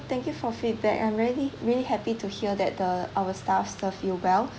thank you for feedback I'm really really happy to hear that the our staff served you well